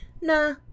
nah